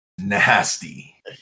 Nasty